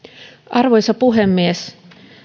arvoisa puhemies